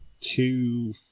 two